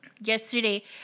yesterday